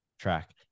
track